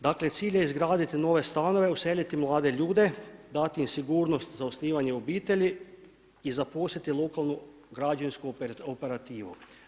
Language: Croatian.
Dakle cilj je izgraditi nove stanove, useliti mlade ljude, dati im sigurnost za osnivanje obitelji i zaposliti lokalnu građevinsku operativu.